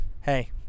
hey